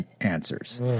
answers